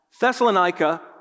Thessalonica